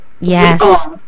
Yes